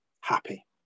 happy